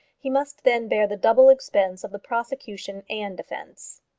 he must then bear the double expense of the prosecution and defence.